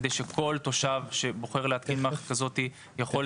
כדי שכל תושב שבוחר להתקין מערכת כזאת יוכל